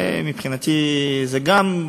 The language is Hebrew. שמבחינתי זה גם,